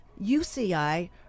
UCI